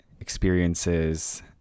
experiences